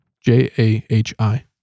J-A-H-I